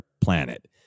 planet